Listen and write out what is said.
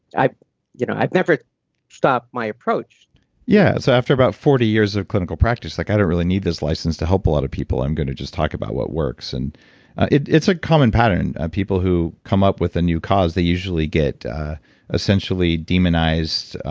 i've you know i've never stopped my approach yeah, so after about forty years of clinical practice you're like, i don't really need this license to help a lot of people. i'm going to just talk about what works. and it's a common pattern. people who come up with a new cause, they usually get essentially demonized.